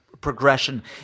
progression